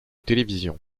télévision